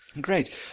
Great